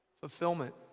fulfillment